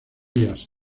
elías